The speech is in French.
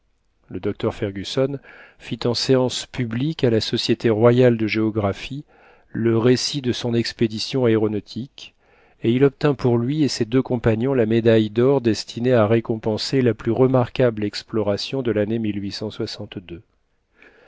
le docteur fergusson fit en séance publique à la société royale de géographie le récit de son expédition aéronautique et il obtint pour lui et ses deux compagnons la médaille d'or destinée à récompenser la plus remarquable exploration de l'année